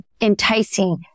enticing